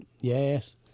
yes